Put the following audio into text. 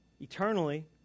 eternally